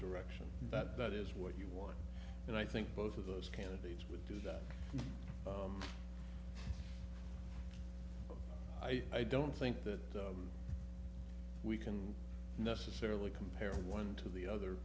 direction that is what you want and i think both of those candidates would do that but i don't think that we can necessarily compare one to the other